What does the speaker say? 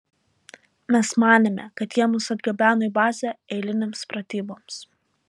mes manėme kad jie mus atgabeno į bazę eilinėms pratyboms